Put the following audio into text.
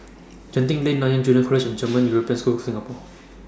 Genting Lane Nanyang Junior College and German European School Singapore